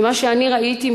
ממה שאני ראיתי,